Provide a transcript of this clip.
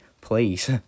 Please